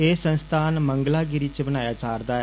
एह् संस्थान मंगलगिरी च बनाया जा करदा ऐ